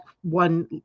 one